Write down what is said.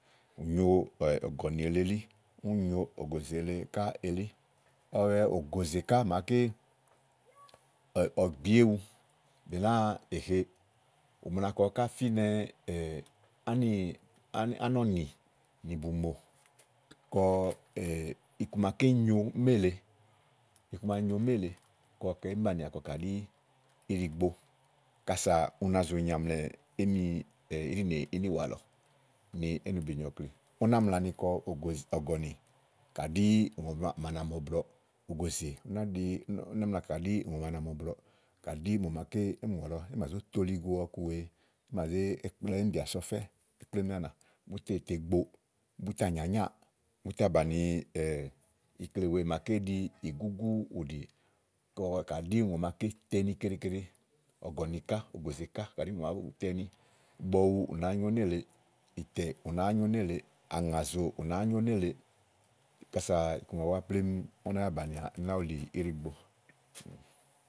ù nyo ɔ̀gɔ̀nì èle elí, úni nyo ògòzè èle ká elí ɔwɛ ògòzè ká màaké ɔwɔ gbiéwu dò nàáa èhe ù mla kɔ ɔwɔ ká fínɛ ánɔ̀nì nì bùmò kɔ iku maké nyo nélèe iku ma nyo néèle kɔ ka ìí banì ià kà ɖí íɖigbo kása ú náa zo nyaàmlɛ émì íɖìnè ínìwa lɔ ni éènòbí nyòo ɔkle ú ná mla ni kɔ ògòzè, ɔ̀gɔ̀nì kɔ kà ɖí ùŋò màa na mù ɔblɔ̀ɔ, ògòzè ná ɖi ùŋò máaké na mù ɔblɔɔ̀ émi ìŋòwàlɔ é mà zó toli go so ɔku wèe é mà zá kpla éè mì bìà so ɔfɛ́ e kplé émi anà bí tè te gbo, bú tà nyanyáà, bú tà bàni ikle wèe màaké go ìgúgú ùɖìì kɔ kà ɖì ùŋò màaké tɛ ini keɖe keɖe ɔ̀gɔ̀nì ká, ògòzè ká, kàɖí ùŋò màa bu tɛ ini bɔwu nàáá nyó nélèe, ìtɛ̀ ù nàá nyó nélèe àŋàzó, ù nàáá nélèe kása iku màawu búá plémú é máa bànià ú náa wùlì íɖi gbo.